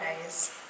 days